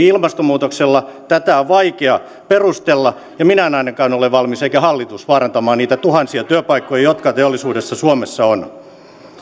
ilmastonmuutoksella tätä on vaikea perustella ja minä en ainakaan ole valmis eikä hallitus vaarantamaan niitä tuhansia työpaikkoja jotka teollisuudessa suomessa ovat